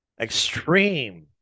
extreme